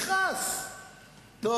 חשוב באיזו תכלית.